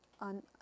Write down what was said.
on